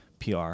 PR